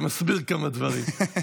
זה מסביר כמה דברים.